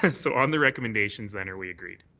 and so on the recommendations then are we agreed?